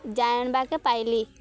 ଜାଣବାକେ ପାଇଲି